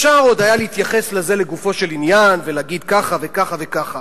עוד היה אפשר להתייחס לזה לגופו של עניין ולהגיד ככה וככה וככה.